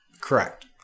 Correct